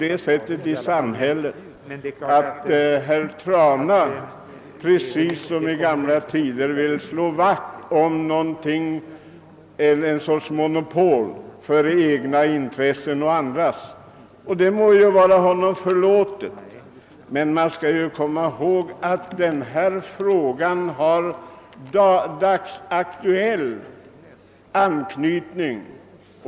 Det må vara honom förlåtet att han vill slå vakt om egna och andras intressen, men kom ihåg att denna fråga är dagsaktuell!